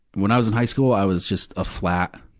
when i was in high school i was just a flat,